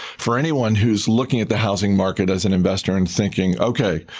for anyone who's looking at the housing market as an investor and thinking, ok,